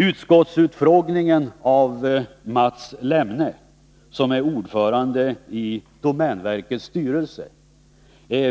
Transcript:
Utskottsutfrågningen av Mats Lemne, ordförande i domänverkets styrelse,